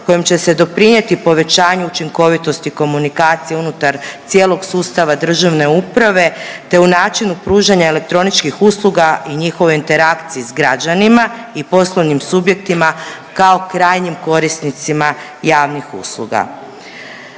kojim će doprinjeti povećanju učinkovitosti komunikacije unutar sustava državne uprave, te o načinu pružanja elektroničkih usluga i njihovoj interakciji s građanima i poslovnim subjektima kao korisnicima javnih usluga.